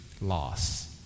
Loss